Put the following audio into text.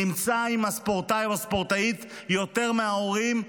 נמצא עם הספורטאי או הספורטאית יותר מההורים,